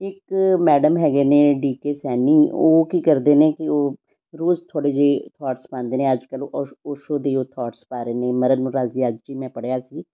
ਇੱਕ ਮੈਡਮ ਹੈਗੇ ਨੇ ਡੀ ਕੇ ਸੈਣੀ ਉਹ ਕੀ ਕਰਦੇ ਨੇ ਕਿ ਉਹ ਰੋਜ਼ ਥੋੜ੍ਹੇ ਜਿਹੇ ਥੋਟਸ ਪਾਉਂਦੇ ਨੇ ਅੱਜ ਕੱਲ੍ਹ ਓਸ਼ ਓਸ਼ੋ ਦੇ ਹੀ ਉਹ ਥੋਟਸ ਪਾ ਰਹੇ ਨੇ ਮਰਨ ਨੂੰ ਰਾਜੀ ਅੱਜ ਹੀ ਮੈਂ ਪੜ੍ਹਿਆ ਸੀ